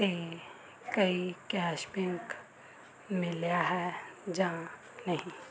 'ਤੇ ਕੋਈ ਕੈਸ਼ਬੈਕ ਮਿਲਿਆ ਹੈ ਜਾਂ ਨਹੀਂ